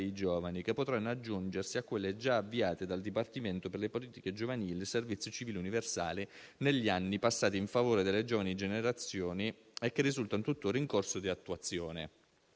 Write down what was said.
ai giovani, che potranno aggiungersi a quelle già avviate dal Dipartimento per le politiche giovanili e il servizio civile universale negli anni passati in favore delle giovani generazioni e che risultano tutt'ora in corso attuazione.